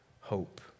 hope